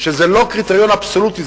שזה לא קריטריון אבסולוטי,